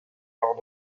lors